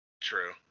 True